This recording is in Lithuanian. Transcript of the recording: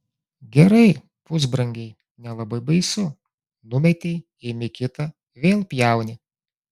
gerai pusbrangiai nelabai baisu numetei imi kitą vėl pjauni